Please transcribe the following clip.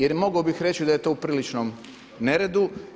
Jer mogao bih reći da je to u priličnom neredu.